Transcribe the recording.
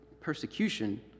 persecution